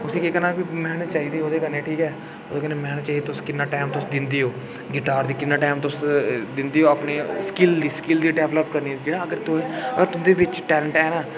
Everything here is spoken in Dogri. उस्सी केह् करना कि मैह्नत चाहिदी ओह्दे कन्नै ठीक ऐ ओह्दे कन्नै मैह्नत चाहिदी तुस किन्ना टैम तुस दिंदे ओ गिटार दी किन्ना टैम तुस दिंदे ओ अपने स्किल लेई स्किल गी डैवलैप करने ई अगर तुं'दे बिच टैलैंट ऐ न